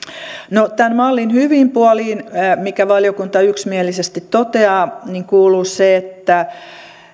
no tämän mallin hyviin puoliin minkä valiokunta yksimielisesti toteaa kuuluu se että